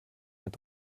mit